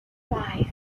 five